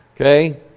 Okay